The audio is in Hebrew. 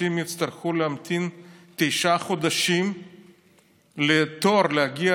אנשים יצטרכו להמתין תשעה חודשים בתור להגיע